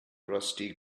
rusty